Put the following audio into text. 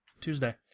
Tuesday